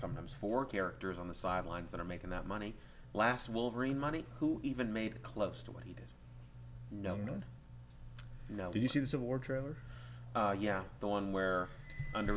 sometimes four characters on the sidelines that are making that money last wolverine money who even made close to what he'd known did you see the civil war trooper yeah the one where under